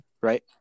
right